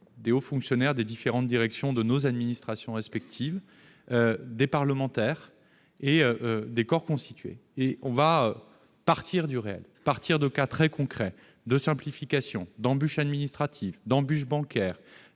des hauts fonctionnaires des différentes directions de nos administrations respectives, des parlementaires et des corps constitués. Nous allons partir du réel, de cas très concrets de simplification, d'embûches administratives, d'embûches bancaires,